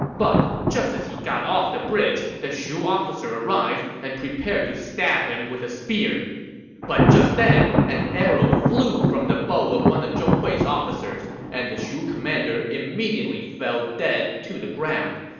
but just as he got off the bridge, the shu officer arrived and prepared to stab him with a spear but just then, an arrow flew from the bow of one of zhong hui's officers, and the shu commander immediately fell dead to the ground.